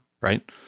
right